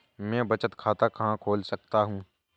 मैं बचत खाता कहाँ खोल सकता हूँ?